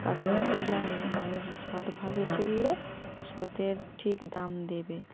কারণ আমি তো জানি মানুষ সৎভাবে চললে সৎ এর ঠিক দাম দেবে